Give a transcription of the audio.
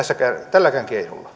tälläkään keinolla